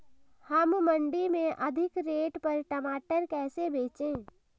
हम मंडी में अधिक रेट पर टमाटर कैसे बेचें?